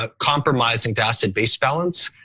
ah compromising to acid-base balance.